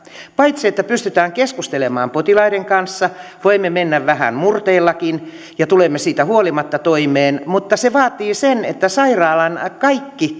paitsi että pystytään keskustelemaan potilaiden kanssa voimme mennä vähän murteellakin ja tulemme siitä huolimatta toimeen se vaatii myös sen että sairaalan kaikkien